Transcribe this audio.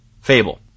Fable